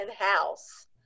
in-house